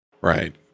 Right